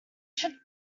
should